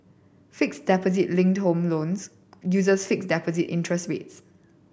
fixed deposit linked home loans users fixed deposit interest rates